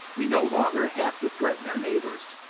we no longer have to threaten our neighbors.